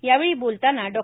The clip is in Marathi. यावेळी बोलताना डॉ